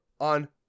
on